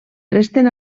resten